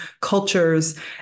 cultures